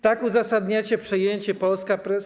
Tak uzasadniacie przejęcie Polska Press?